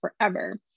forever